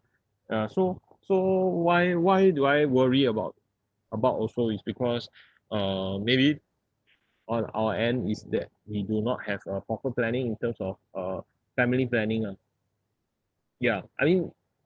ya so so why why do I worry about about also it's because uh maybe on our end is that we do not have a proper planning in terms of uh family planning lah ya I mean